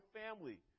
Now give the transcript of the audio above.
family